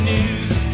News